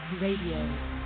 Radio